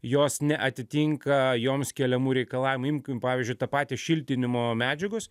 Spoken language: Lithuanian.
jos neatitinka joms keliamų reikalavimų imkim pavyzdžiui tą patį šiltinimo medžiagos